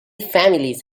families